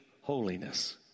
holiness